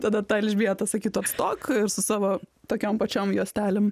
tada ta elžbieta sakytų atstok su savo tokiom pačiom juostelėm